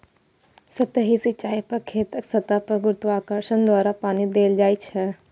सतही सिंचाइ मे खेतक सतह पर गुरुत्वाकर्षण द्वारा पानि देल जाइ छै